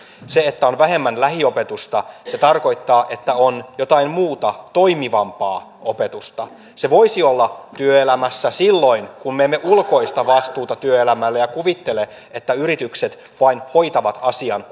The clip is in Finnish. se että on vähemmän lähiopetusta tarkoittaa että on jotain muuta toimivampaa opetusta se voisi olla työelämässä oppimista silloin kun me emme ulkoista vastuuta työelämälle ja kuvittele että yritykset vain hoitavat asian